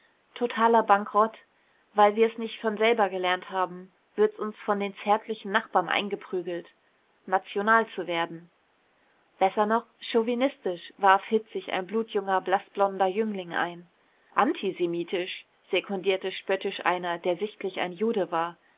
totaler bankrott weil wir's nicht von selber gelernt haben wird's uns von den zärtlichen nachbarn eingeprügelt national zu werden besser noch chauvinistisch warf hitzig ein blutjunger blaßblonder jüngling ein antisemitisch sekundierte spöttisch einer der sichtlich ein jude war